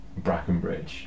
Brackenbridge